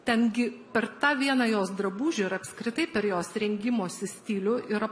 ten gi per tą vieną jos drabužį ir apskritai per jos rengimosi stilių yra